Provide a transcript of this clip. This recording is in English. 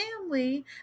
family